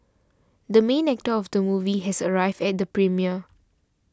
the main actor of the movie has arrived at the premiere